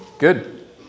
Good